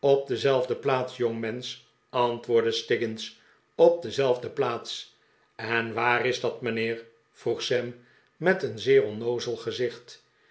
op dezelfde plaats jongmensch antwoordde stiggins op dezelfde plaats en waar is dat mijnheer vroeg sam met een zeer onnoozel gezicht